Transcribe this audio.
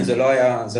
זה לא אוטומטי,